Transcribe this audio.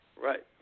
Right